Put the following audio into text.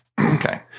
Okay